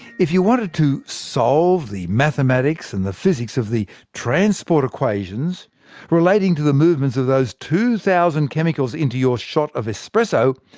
if you wanted to solve the mathematics and the physics of the transport equations relating to the movements of these two thousand chemicals into your shot of espresso,